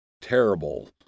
terrible